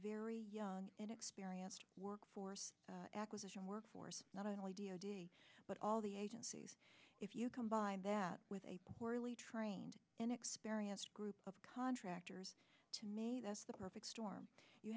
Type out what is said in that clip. very young inexperienced workforce acquisition workforce not only do but all the agencies if you combine that with a poorly trained and experienced group of contractors to made us the perfect storm you